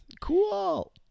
Cool